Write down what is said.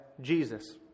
Jesus